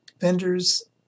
vendors